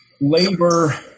labor